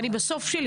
אני בסוף.